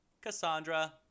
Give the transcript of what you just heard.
Cassandra